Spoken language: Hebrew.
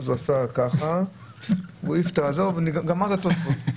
הוא עשה ככה והעיף את זה וגמר את התוספות.